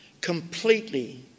completely